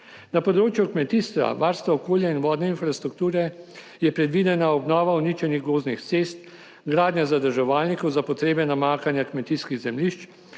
Na področju kmetijstva, varstva okolja in vodne infrastrukture je predvidena obnova uničenih gozdnih cest, gradnja zadrževalnikov za potrebe namakanja kmetijskih zemljišč,